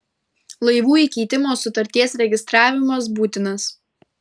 laivų įkeitimo sutarties registravimas būtinas